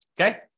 Okay